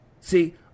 See